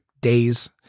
days